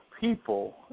people